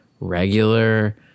regular